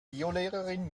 biolehrerin